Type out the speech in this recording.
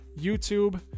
YouTube